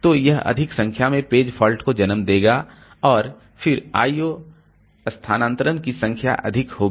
तो यह अधिक संख्या में पेज फॉल्ट को जन्म देगा और फिर I O स्थानान्तरण की संख्या अधिक होगी